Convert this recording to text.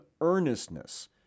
earnestness